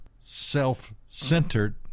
self-centered